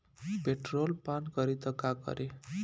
Petrol पान करी त का करी?